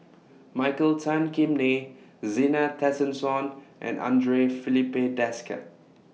Michael Tan Kim Nei Zena Tessensohn and Andre Filipe Desker